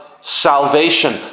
Salvation